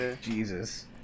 Jesus